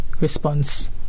response